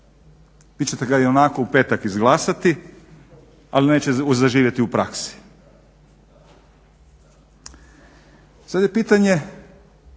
vi ćete ga ionako u petak izglasati, ali neće zaživjeti u praksi. Sad je pitanje